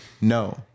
no